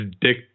dick